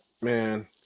Man